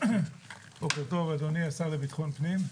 בוקר טוב, אדוני השר לביטחון הפנים.